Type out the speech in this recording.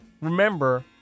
remember